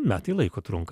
metai laiko trunka